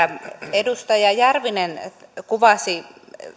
edustaja järvinen kuvasi